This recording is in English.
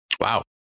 Wow